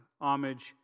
homage